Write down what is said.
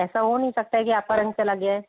ऐसा हो नहीं सकता है कि आपका रंग चला गया है